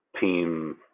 team